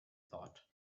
thought